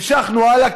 המשכנו הלאה,